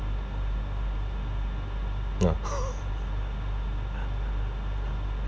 uh